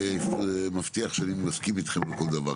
אני לא מבטיח שאני מסכים איתכם על כל דבר,